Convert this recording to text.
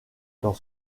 dans